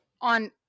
on